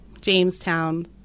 Jamestown